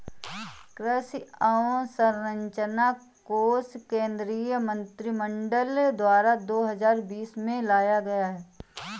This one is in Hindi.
कृषि अंवसरचना कोश केंद्रीय मंत्रिमंडल द्वारा दो हजार बीस में लाया गया